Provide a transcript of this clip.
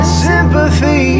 sympathy